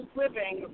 living